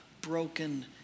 broken